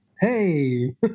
hey